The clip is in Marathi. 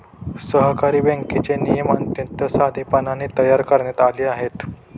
सहकारी बँकेचे नियम अत्यंत साधेपणाने तयार करण्यात आले आहेत